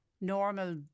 normal